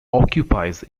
occupies